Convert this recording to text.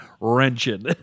wrenching